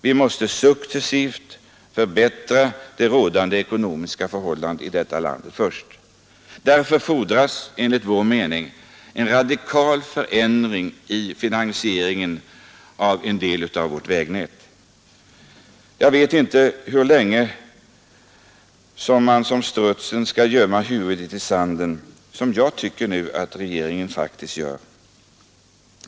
Vi måste först successivt förbättra de rådande ekonomiska förhållandena i detta land. Därför fordras enligt vår mening en radikal förändring i finansieringen av en del av vårt vägnät. Jag vet inte hur länge man som strutsen skall gömma huvudet i sanden, vilket jag tycker att regeringen faktiskt gör.